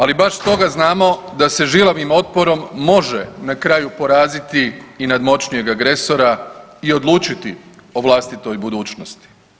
Ali baš stoga znamo da se žilavim otporom može na kraju poraziti i nadmoćnijeg agresora i odlučiti o vlastitoj budućnosti.